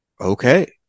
okay